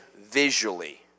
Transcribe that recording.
visually